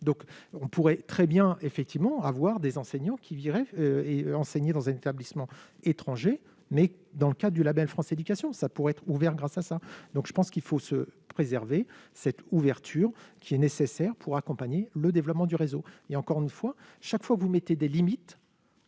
donc on pourrait très bien effectivement avoir des enseignants qui virait et enseigner dans un établissement étranger mais dans le cas du Label France éducation, ça pourrait être ouvert grâce à ça, donc je pense qu'il faut se préserver cette ouverture qui est nécessaire pour accompagner le développement du réseau, et encore une fois, chaque fois, vous mettez des limites,